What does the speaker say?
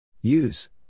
Use